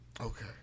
Okay